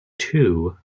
two